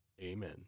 Amen